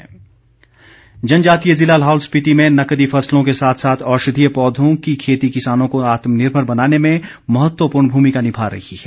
औषधीय खेती जनजातीय ज़िला लाहौल स्पीति में नकदी फसलों के साथ साथ औषधीय पौधों की खेती किसानों को आत्मनिर्भर बनाने में महत्वपूर्ण भूमिका निभा रही है